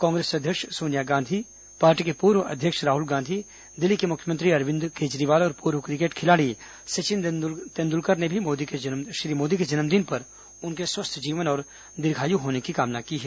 कांग्रेस अध्यक्ष सोनिया गांधी पार्टी के पूर्व अध्यक्ष राहुल गांधी दिल्ली के मुख्यमंत्री अरविंद केजरीवाल और पूर्व क्रिकेट खिलाड़ी सचिन तेंद्लकर ने भी श्री मोदी के जन्मदिन पर उनके स्वस्थ जीवन और दीर्घायु होने की कामना की है